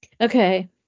Okay